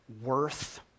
worth